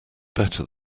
better